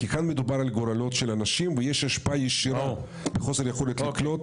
כי כאן מדובר על גורלות של אנשים ויש השפעה ישירה בחוסר יכולת לקלוט,